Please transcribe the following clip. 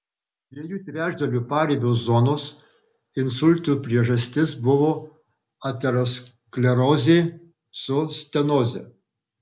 dviejų trečdalių paribio zonos insultų priežastis buvo aterosklerozė su stenoze